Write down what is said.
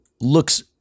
looks